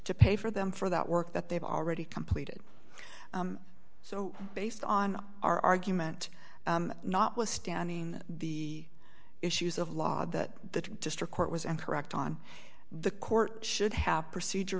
to pay for them for that work that they've already completed so based on our argument not withstanding the issues of law that the district court was incorrect on the court should have procedure